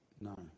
no